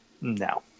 No